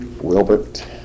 Wilbert